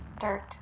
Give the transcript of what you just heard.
dirt